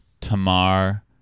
Tamar